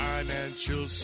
Financial